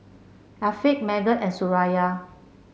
Afiq Megat and Suraya